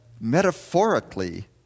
metaphorically